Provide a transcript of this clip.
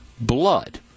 blood